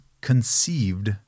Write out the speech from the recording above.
conceived